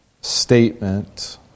statement